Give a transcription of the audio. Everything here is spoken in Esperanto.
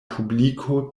publiko